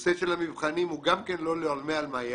הנושא של המבחנים הוא לא לעולמי עלמיא.